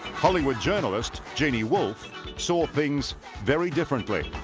hollywood journalist, janie wolf saw things very differently.